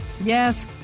Yes